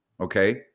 Okay